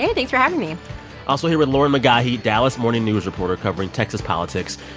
and thanks for having me also here with lauren mcgaughy, dallas morning news reporter covering texas politics.